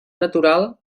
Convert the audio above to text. natural